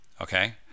okay